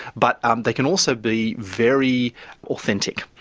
but um they can also be very authentic,